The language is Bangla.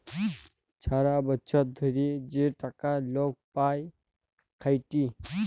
ছারা বচ্ছর ধ্যইরে যে টাকা লক পায় খ্যাইটে